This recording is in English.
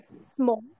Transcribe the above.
small